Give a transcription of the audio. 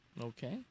Okay